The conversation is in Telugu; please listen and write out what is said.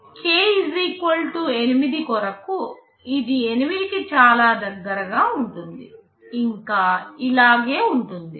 k 8 కొరకు ఇది 8 కి చాలా దగ్గరగా ఉంటుంది ఇంకా ఇలాగే ఉంటుంది